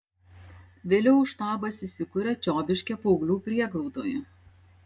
vėliau štabas įsikuria čiobiškio paauglių prieglaudoje